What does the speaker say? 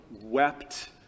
wept